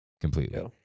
completely